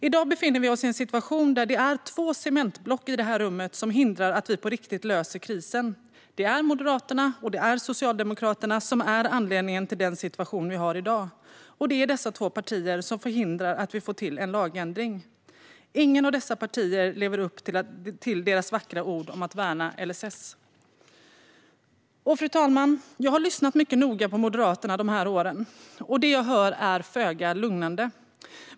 I dag befinner vi oss i en situation där det är två cementblock i det här rummet som hindrar att vi på riktigt löser krisen. Det är Moderaterna och Socialdemokraterna som är anledningen till den situation vi har i dag, och det är dessa två partier som förhindrar att vi får till en lagändring. Inget av dessa partier lever upp till sina vackra ord om att värna LSS. Fru talman! Jag har lyssnat mycket noga på Moderaterna de här åren. Det jag hör är föga lugnande.